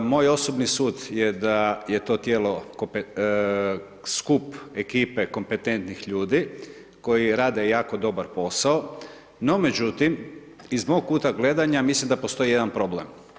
Moj osobni sud je da je to tijelo skup ekipe kompetentnih ljudi koji rade jako dobar posao no međutim iz mog kuta gledanja mislim da postoji jedan problem.